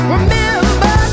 Remember